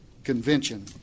Convention